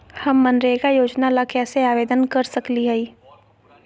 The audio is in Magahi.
हम मनरेगा योजना ला कैसे आवेदन कर सकली हई?